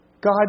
God